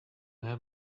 have